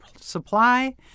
supply